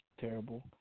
terrible